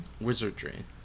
Wizardry